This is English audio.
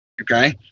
okay